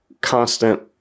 constant